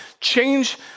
change